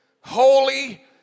holy